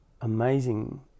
amazing